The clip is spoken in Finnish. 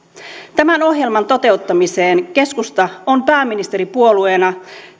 tämän ohjelman toteuttamiseen keskusta on pääministeripuolueena